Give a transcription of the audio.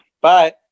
Bye